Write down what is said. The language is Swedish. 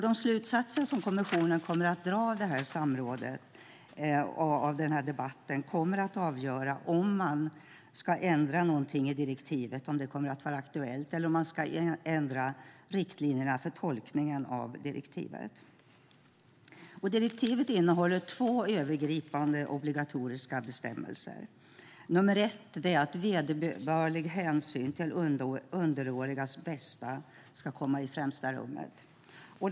De slutsatser som kommissionen kommer att dra av debatten och samrådet kommer att avgöra om det blir aktuellt att ändra något i direktivet eller om man ska ändra riktlinjerna för tolkningen av direktivet. Direktivet innehåller två övergripande obligatoriska bestämmelser: 1. Vederbörlig hänsyn ska tas till att underåriga barns bästa ska komma i främsta rummet. 2.